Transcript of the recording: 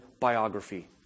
biography